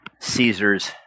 Caesar's